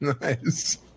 Nice